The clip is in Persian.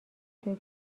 دکتر